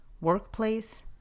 workplace